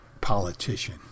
politician